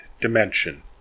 dimension